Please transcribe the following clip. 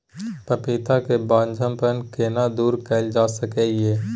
पपीता के बांझपन केना दूर कैल जा सकै ये?